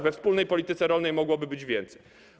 We wspólnej polityce rolnej mogłoby być więcej.